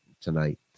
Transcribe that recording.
tonight